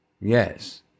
Yes